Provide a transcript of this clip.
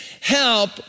help